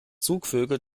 zugvögel